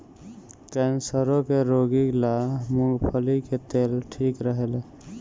कैंसरो के रोगी ला मूंगफली के तेल ठीक रहेला